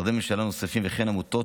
משרדי ממשלה נוספים וכן עמותות,